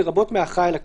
לרבות מהאחראי על הקטין".